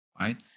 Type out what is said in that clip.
right